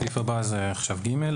הסעיף הבא הוא סעיף (ג).